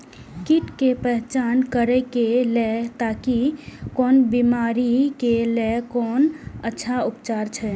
कीट के पहचान करे के लेल ताकि कोन बिमारी के लेल कोन अच्छा उपचार अछि?